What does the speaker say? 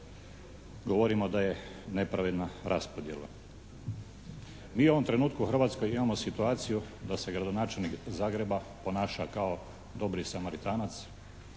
govorimo da je nepravedna raspodjela. Mi u ovom trenutku u Hrvatskoj imamo situaciju da se gradonačelnik Zagreba ponaša kao dobri smaritanac,